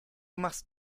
machst